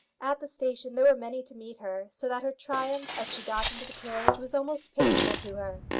at the station there were many to meet her, so that her triumph, as she got into the carriage, was almost painful to her.